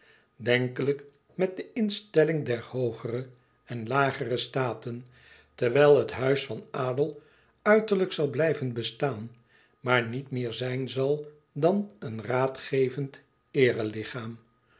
denkelijk met de instelling der hoogere en lagere staten terwijl het huis van adel uiterlijk zal blijven bestaan maar niet meer zijn zal dan een raadgevend